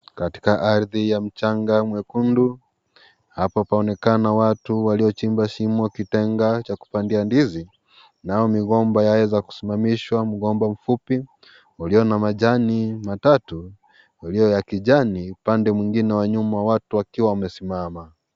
Katika ardhi ya mchanga mwekundu hapa paonekana watu waliochimba shimo kitenga cha kupanda ndizi nao migomba yaweza kusimamamishwa mgomba mfupi ulio wa majani matatu Ulio na kijani upande mwingine wa nyuma watu wakiwa wamesimama.